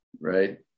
Right